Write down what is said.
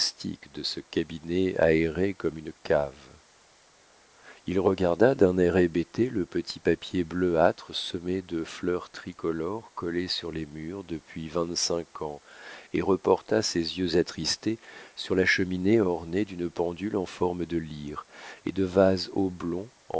de ce cabinet aéré comme une cave il regarda d'un air hébété le petit papier bleuâtre semé de fleurs tricolores collé sur les murs depuis vingt-cinq ans et reporta ses yeux attristés sur la cheminée ornée d'une pendule en forme de lyre et des vases oblongs